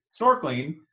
snorkeling